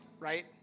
Right